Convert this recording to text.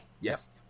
Yes